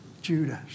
judas